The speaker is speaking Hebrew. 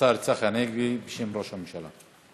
השר צחי הנגבי, בשם ראש הממשלה.